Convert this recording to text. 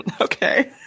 Okay